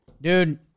Dude